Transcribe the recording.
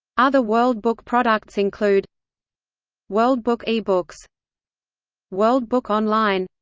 other world book products include world book ebooks world book online